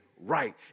right